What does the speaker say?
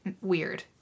weird